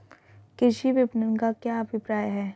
कृषि विपणन का क्या अभिप्राय है?